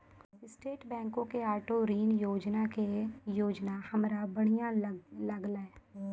state बैंको के auto ऋण योजना के योजना हमरा बढ़िया लागलै